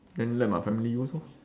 then let my family use orh